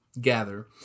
gather